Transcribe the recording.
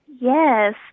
Yes